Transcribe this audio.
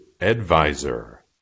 advisor